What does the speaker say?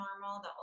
normal